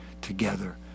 together